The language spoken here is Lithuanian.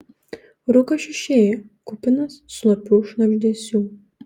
rūkas šiušėjo kupinas slopių šnabždesių